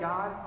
God